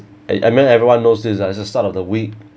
I I mean everyone knows this ah at the start of the week